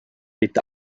est